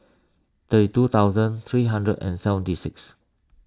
thirty two thousand three hundred and seventy six